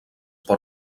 per